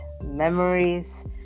Memories